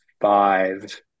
five